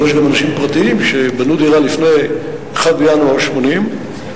אבל יש גם אנשים פרטיים שבנו דירה לפני 1 בינואר 1980,